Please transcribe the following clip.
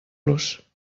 los